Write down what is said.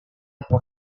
por